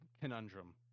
conundrum